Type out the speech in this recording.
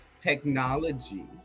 technology